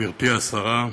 גברתי השרה,